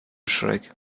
schreck